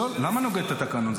למה נוגד את התקנון?